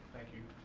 thank you.